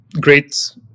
great